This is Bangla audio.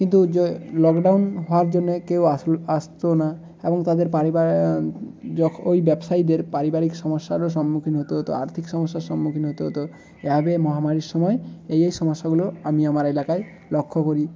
কিন্তু যে লকডাউন হওয়ার জন্য কেউ আসতো না এবং তাদের ওই ব্যবসায়ীদের পারিবারিক সমস্যারও সম্মুখীন হতে হতো আর্থিক সমস্যার সম্মুখীন হতে হতো এভাবে মহামারীর সময় এই এই সমস্যাগুলো আমি আমার এলাকায় লক্ষ্য করি